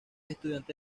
estudiante